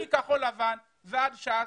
מכחול לבן ועד ש"ס,